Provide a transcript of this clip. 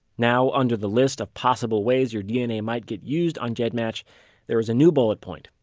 now, under the list of possible ways your dna might get used on gedmatch there is a new bullet point.